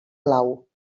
blau